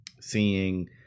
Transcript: seeing